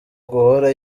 guhora